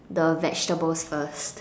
the vegetables first